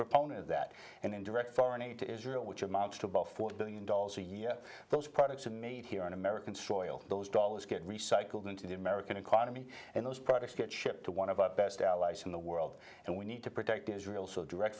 proponent of that and then direct foreign aid to israel which amounts to about four billion dollars a year those products are made here on american soil those dollars get recycled into the american economy and those products get shipped to one of the best allies in the world and we need to protect israel so direct